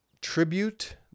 tribute